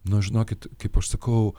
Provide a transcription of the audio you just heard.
nu žinokit kaip aš sakau